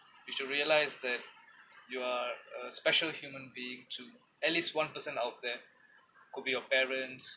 you should realise that you are a special human being to at least one person out there could be your parents